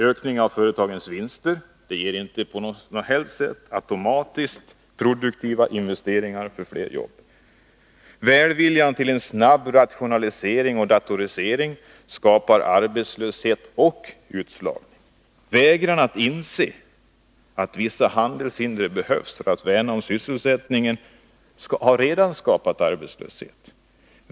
Ökning av företagens vinster ger inte på något som helst sätt automatiskt produktiva investeringar för fler jobb. Välviljan till en snabb rationalisering och datorisering skapar arbetslöshet och utslagning. Vägran att inse att vissa handelshinder behövs för att värna om sysselsättningen har redan skapat arbetslöshet.